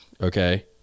Okay